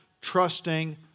trusting